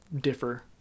differ